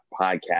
podcast